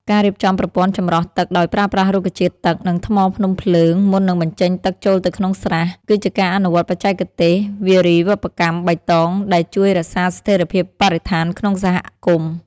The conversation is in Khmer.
ការរៀបចំប្រព័ន្ធចម្រោះទឹកដោយប្រើប្រាស់រុក្ខជាតិទឹក និងថ្មភ្នំភ្លើងមុននឹងបញ្ចេញទឹកចូលទៅក្នុងស្រះ គឺជាការអនុវត្តបច្ចេកទេសវារីវប្បកម្មបៃតងដែលជួយរក្សាស្ថិរភាពបរិស្ថានក្នុងសហគមន៍។